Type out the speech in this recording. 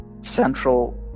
central